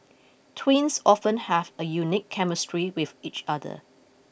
twins often have a unique chemistry with each other